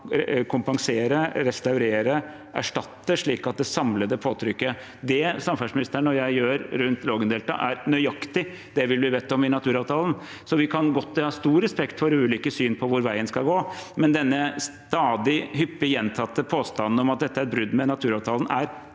kompensere/restaurere/erstatte det samlede påtrykket? Det samferdselsministeren og jeg gjør rundt Lågendeltaet, er nøyaktig det vi blir bedt om i naturavtalen. Jeg har stor respekt for ulike syn på hvor veien skal gå, men denne hyppig gjentatte påstanden om at dette er et brudd med naturavtalen er